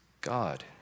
God